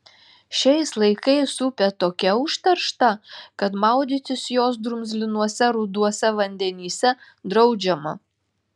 šiais laikais upė tokia užteršta kad maudytis jos drumzlinuose ruduose vandenyse draudžiama